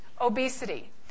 obesity